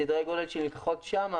סדרי הגודל שנלקחים שם.